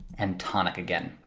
and tonic again.